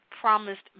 Promised